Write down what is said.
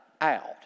out